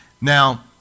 Now